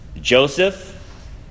Joseph